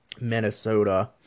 Minnesota